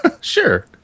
Sure